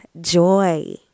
joy